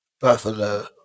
Buffalo